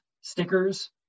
stickers